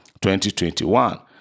2021